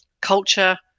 culture